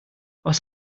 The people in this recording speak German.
aus